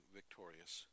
victorious